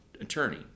attorney